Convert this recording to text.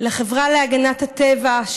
לחברה להגנת הטבע,